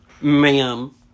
Ma'am